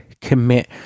commit